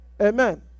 Amen